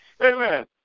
Amen